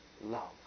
love